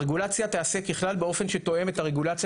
הרגולציה תיעשה ככלל באופן שתואם את הרגולציה